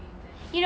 play the piano